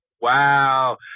Wow